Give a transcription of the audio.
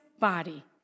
body